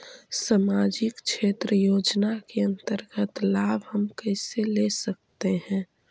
समाजिक क्षेत्र योजना के अंतर्गत लाभ हम कैसे ले सकतें हैं?